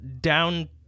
down